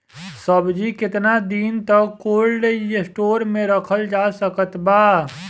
सब्जी केतना दिन तक कोल्ड स्टोर मे रखल जा सकत बा?